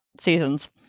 seasons